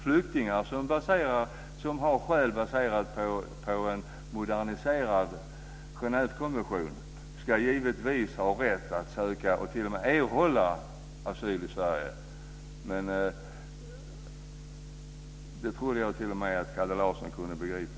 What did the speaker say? Flyktingar som har skäl baserade på en moderniserad Genèvekonvention ska givetvis ha rätt att söka och t.o.m. erhålla asyl i Sverige. Det trodde jag att även Kalle Larsson kunde begripa.